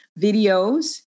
videos